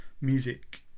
music